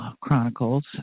chronicles